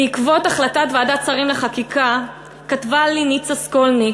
בעקבות החלטת ועדת שרים לחקיקה כתבה לי ניצה סקולניק,